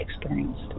experienced